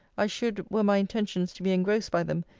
i should, were my intentions to be engrossed by them,